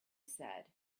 said